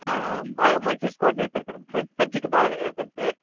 ఆ బాగా మంచి స్కోర్ చేస్తాడు సార్ ప్రతి సబ్జెక్టు బాగానే చదువుతాడు సార్